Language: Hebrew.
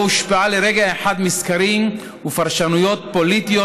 הושפעה לרגע אחד מסקרים ופרשנויות פוליטיות,